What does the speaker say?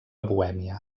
bohèmia